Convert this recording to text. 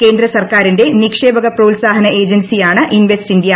കേന്ദ്ര സർക്കാരിന്റെ നിക്ഷേപക പ്രോത്സാഹന ഏജൻസിയാണ് ഇൻവെസ്റ്റ് ഇന്ത്യ